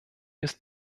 ist